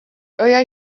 wyau